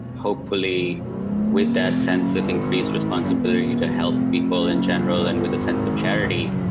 hopefully with that sense of increased responsibility to help people in general and with a sense of charity,